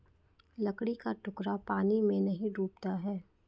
लकड़ी का टुकड़ा पानी में नहीं डूबता है